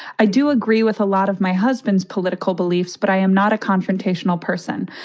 i do agree with a lot of my husband's political beliefs, but i am not a confrontational person.